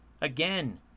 Again